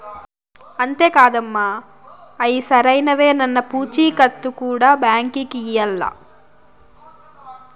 అంతే కాదమ్మ, అయ్యి సరైనవేనన్న పూచీకత్తు కూడా బాంకీకి ఇయ్యాల్ల